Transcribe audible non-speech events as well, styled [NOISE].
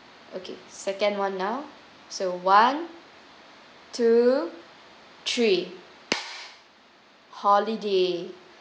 okay second [one] now so one two three [NOISE] holiday